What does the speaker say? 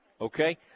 Okay